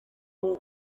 bibiri